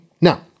Now